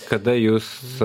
kada jus